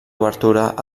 obertura